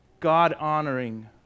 God-honoring